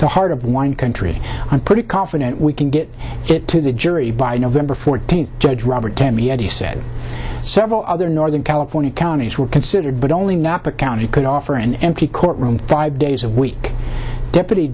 the heart of wine country i'm pretty confident we can get it to the jury by november fourteenth judge roberts emmy and he said several other northern california counties were considered but only napa county could offer an empty courtroom five days a week deputy